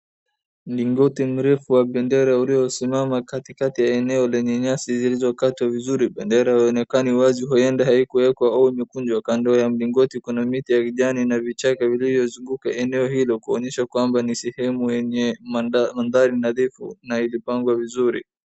Mlingoti mrefu wa bendera uliosimama katikati ya eneo lenye nyasi zilizokatwa vizuri. Bendera haionekani wazi huenda haikuwekwa au kukunjwa. Kando ya mlingoti kuna miti ya vijani na vichaka viliyozunguka eneo hilo kuonyesha kwamba ni sehemu yenye mandhari nadhifu na ilipangwa vizuri.